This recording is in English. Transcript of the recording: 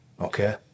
Okay